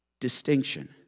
distinction